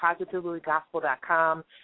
positivelygospel.com